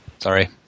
sorry